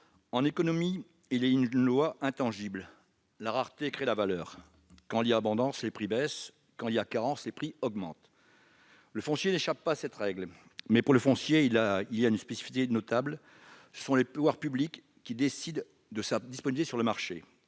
en économie, il est une loi intangible : la rareté crée la valeur. Quand il y a abondance, les prix baissent ; quand il y a carence, les prix augmentent. Le foncier n'échappe pas cette règle. Cependant, il se distingue par une spécificité notable : ce sont les pouvoirs publics qui décident de sa disponibilité sur le marché.